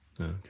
Okay